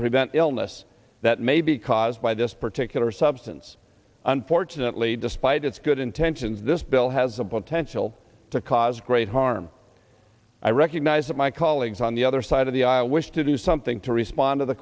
prevent illness that may be caused by this particular substance unfortunately despite its good intentions this bill has the potential to cause great harm i recognize that my colleagues on the other side of the aisle wish to do something to respond to the